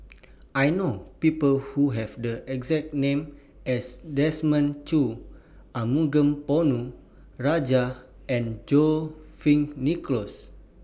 I know People Who Have The exact name as Desmond Choo Arumugam Ponnu Rajah and John Fearns Nicoll